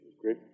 great